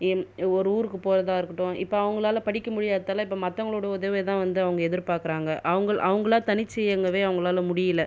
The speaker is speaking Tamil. எம் ஒரு ஊருக்கு போகிறதாருக்கட்டும் இப்போ அவங்களால படிக்க முடியாத்தால இப்போ மற்றவங்களோட உதவியை தான் வந்து அவங்க எதிர் பார்க்குறாங்க அவங்கள் அவங்களா தனிச்சு இயங்கவே அவங்களால முடியல